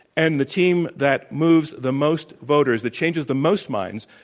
and the team that moves the most voters, that changes the most minds,